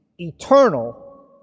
eternal